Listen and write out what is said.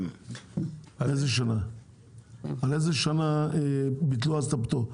על איזו שנה ביטלו אז את הפטור?